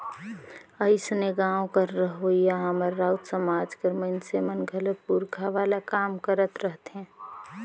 अइसने गाँव कर रहोइया हमर राउत समाज कर मइनसे मन घलो पूरखा वाला काम करत रहथें